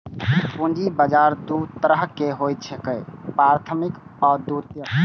पूंजी बाजार दू तरहक होइ छैक, प्राथमिक आ द्वितीयक